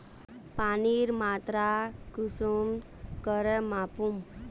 पानीर मात्रा कुंसम करे मापुम?